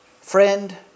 friend